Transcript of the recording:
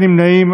אין נמנעים.